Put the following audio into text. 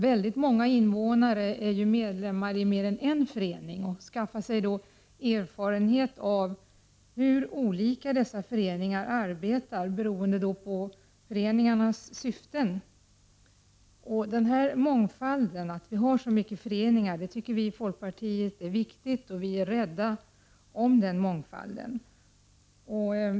Väldigt många invånare är medlemmar i mer än en förening och skaffar sig erfarenhet av hur olika dessa föreningar arbetar, beroende på föreningarnas syften. Denna mångfald av föreningar tycker vi i folkpartiet är viktig, och vi är rädda om den mångfalden.